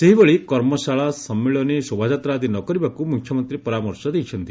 ସେହିଭଳି କର୍ମଶାଳା ସମ୍ମିଳନୀ ଶୋଭାଯାତ୍ରା ଆଦି ନ କରିବାକୁ ମୁଖ୍ୟମନ୍ତୀ ପରାମର୍ଶ ଦେଇଛନ୍ତି